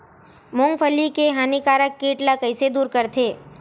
मूंगफली के हानिकारक कीट ला कइसे दूर करथे?